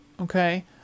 Okay